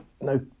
no